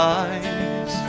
eyes